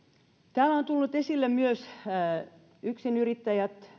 täällä on tullut esille myös että yksinyrittäjät